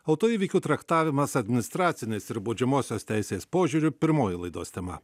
autoįvykių traktavimas administracinės ir baudžiamosios teisės požiūriu pirmoji laidos tema